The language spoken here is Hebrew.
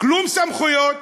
כלום סמכויות,